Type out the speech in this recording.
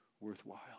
worthwhile